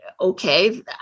okay